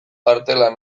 artelan